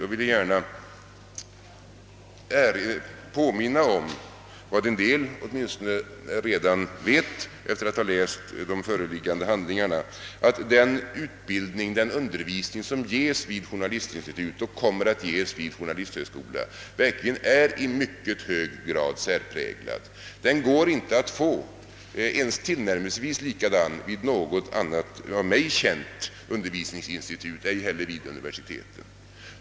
Jag vill påminna om vad åtminstone en del redan vet efter att ha läst föreliggande handlingar, nämligen att den utbildning och undervisning som meddelas vid journalistinstituten verkligen är i mycket hög grad särpräglad. Den går inte att få ens tillnärmelsevis likadan vid något av mig känt undervisningsinstitut, inte heller vid universiteten.